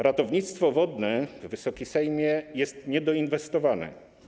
Ratownictwo wodne, Wysoki Sejmie, jest niedoinwestowane.